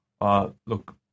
look